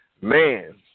Man